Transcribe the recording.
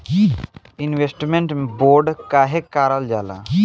Investment bond काहे कारल जाला?